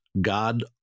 God